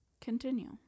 continue